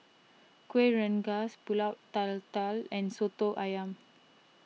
Kueh Rengas Pulut Tatal and Soto Ayam